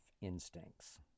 instincts